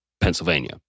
Pennsylvania